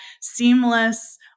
seamless